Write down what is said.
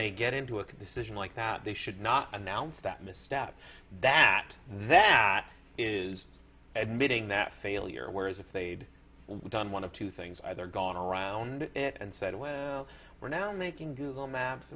they get into a decision like that they should not announce that misstep that that is admitting that failure whereas if they'd done one of two things either gone around it and said well we're now making google maps